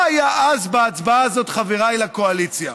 מה היה אז, בהצבעה הזאת, חברי לקואליציה?